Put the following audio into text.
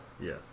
Yes